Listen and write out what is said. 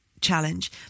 challenge